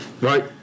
Right